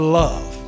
love